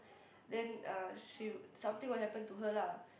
then uh she would something will happen to her lah